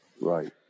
Right